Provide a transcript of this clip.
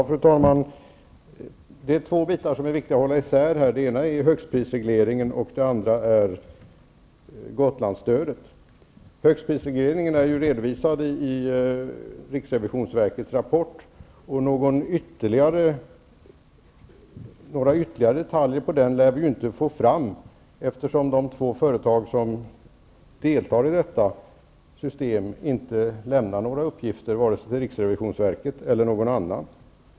Fru talman! Det är två frågor som är viktiga att hålla isär i detta sammanhang: högstprisregleringen och Gotlandsstödet. Högstprisregleringen är redovisad i riksrevisionsverkets rapport, och några ytterligare detaljer om den lär vi inte få fram, eftersom de två företag som deltar i detta system inte lämnar några uppgifter vare sig till riksrevisionsverket eller till någon annan.